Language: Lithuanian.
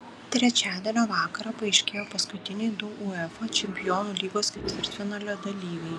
trečiadienio vakarą paaiškėjo paskutiniai du uefa čempionų lygos ketvirtfinalio dalyviai